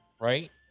right